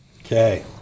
Okay